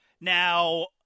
Now